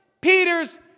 Peter's